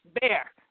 bear